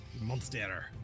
Monster